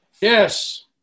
Yes